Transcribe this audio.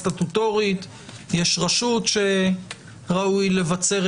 הדבר השני שצריך לחשוב זה על הקוהרנטיות של תיקון